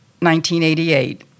1988